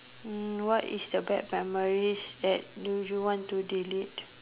what is the bad memories that do you want to delete